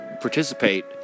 participate